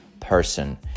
person